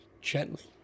gently